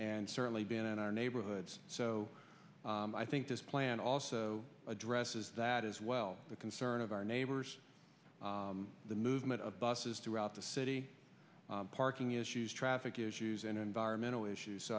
and certainly been in our neighborhoods so i think this plan also addresses that as well the concern of our neighbors the movement of buses throughout the city parking issues traffic issues and environmental issues